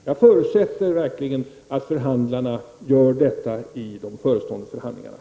Jag förutsätter verkligen att förhandlarna kommer att göra detta i de förestående förhandlingarna.